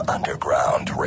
Underground